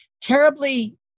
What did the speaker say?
terribly